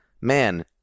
man